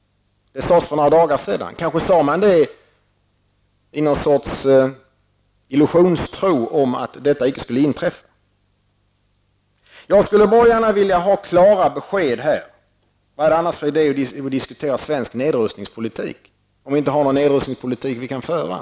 Det sades för några dagar sedan. Kanske hade man när man sade det någon sorts illusion om att detta icke skulle inträffa. Men vad är det för idé att diskutera svensk nedrustningspolitik om vi inte har någon nedrustningspolitik att föra?